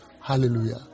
Hallelujah